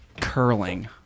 curling